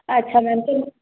अच्छा मैम तो